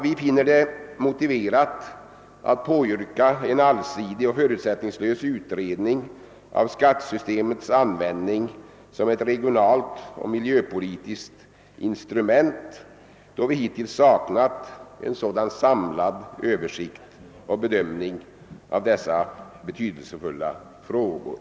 Vi finner det motiverat att påyrka en allsidig och förutsättningslös utredning av skattesystemets användning som ett regionaloch miljöpolitiskt instrument, då det hittills saknats en sådan samlad bedömning av dessa betydelsefulla frågor.